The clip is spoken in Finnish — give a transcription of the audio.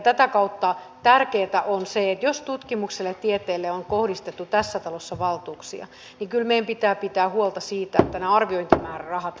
tätä kautta tärkeätä on se että jos tutkimukselle ja tieteelle on kohdistettu tässä talossa valtuuksia niin kyllä meidän pitää pitää huolta siitä että nämä arviointimäärärahat riittävät